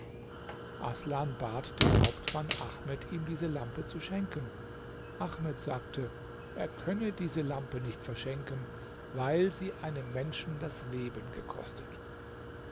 aßlan bat den hauptmann ahmed ihm diese lampe zu schenken ahmed sagte er könne diese lampe nicht verschenken weil sie einem menschen das leben gekostet